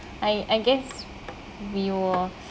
I I guess we were